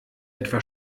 etwa